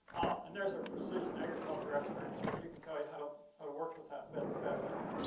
and there's a precision agriculture expert, so she can tell you how to how to work with that bit the best right?